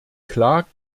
klar